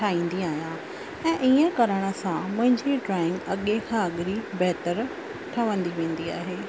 ठाहींदी आहियां ऐं ईअं करण सां मुंहिंजी ड्रॉइंग अॻिए खां अॻरी बहितरु ठहंदी वेंदी आहे